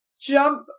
jump